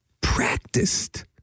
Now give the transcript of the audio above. practiced